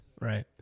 Right